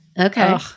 Okay